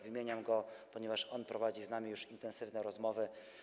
Wymieniam go, ponieważ on już prowadzi z nami intensywne rozmowy.